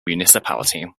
municipality